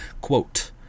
quote